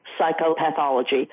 psychopathology